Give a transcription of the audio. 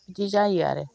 बिदि जायो आरो